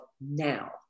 now